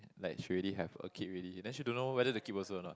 like she already have a kid ready then she don't know whether to keep also or not